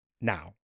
Now